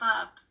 up